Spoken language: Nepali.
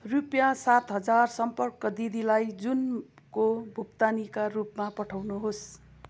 रुपियाँ सात हजार सम्पर्क दिदीलाई जुनको भुक्तानीका रूपमा पठाउनुहोस्